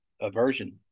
aversion